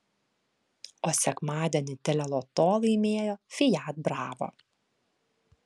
o sekmadienį teleloto laimėjo fiat bravo